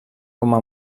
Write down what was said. com